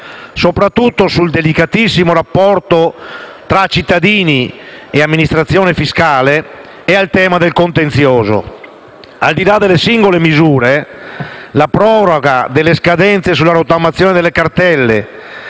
soprattutto nel delicatissimo rapporto tra cittadini e amministrazione fiscale e sul tema del contenzioso. Al di là delle singole misure, la proroga delle scadenze per la rottamazione delle cartelle